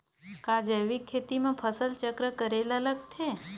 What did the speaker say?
का जैविक खेती म फसल चक्र करे ल लगथे?